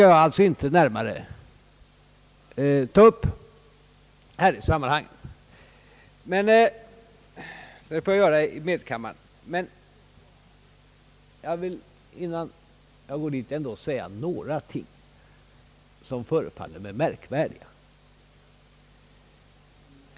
Jag skall emellertid inte gå in på denna fråga i detta sammanhang — det får jag göra i medkammaren men jag vill innan jag går dit ändå ta upp några saker.